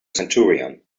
centurion